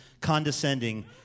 condescending